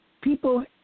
people